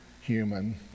human